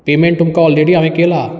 payment तुमकां already हांवें केला